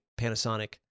panasonic